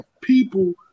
people